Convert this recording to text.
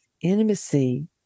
Intimacy